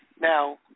Now